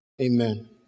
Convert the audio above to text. amen